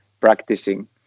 practicing